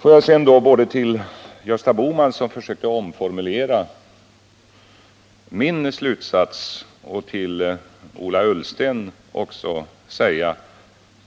Får jag sedan både till Gösta Bohman, som försökte omformulera min slutsats, och till Ola Ullsten säga